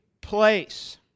place